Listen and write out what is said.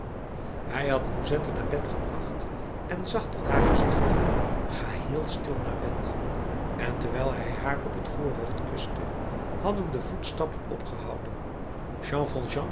hij had cosette naar bed gebracht en zacht tot haar gezegd ga heel stil naar bed en terwijl hij haar op het voorhoofd kuste hadden de voetstappen opgehouden